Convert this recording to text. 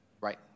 Right